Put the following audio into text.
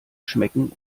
schmecken